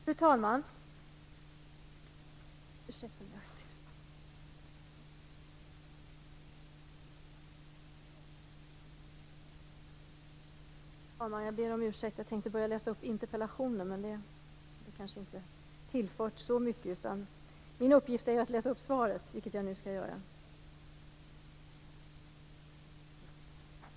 Fru talman! Jag ber om ursäkt. Jag tänkte börja läsa upp interpellationen. Det hade kanske inte tillfört så mycket. Min uppgift är ju att läsa upp svaret, vilket jag nu skall göra.